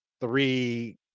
three